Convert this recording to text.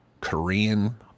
Korean